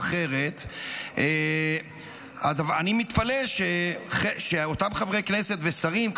אחרת אני מתפלא שאותם חברי כנסת ושרים,